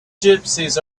gypsies